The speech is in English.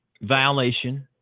violation